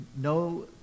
no